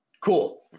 Cool